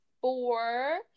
four